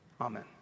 Amen